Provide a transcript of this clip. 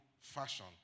fashion